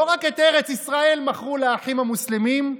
לא רק את ארץ ישראל מכרו לאחים המוסלמים,